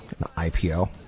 IPO